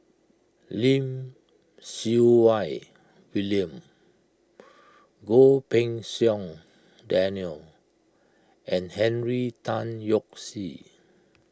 Lim Siew Wai William Goh Pei Siong Daniel and Henry Tan Yoke See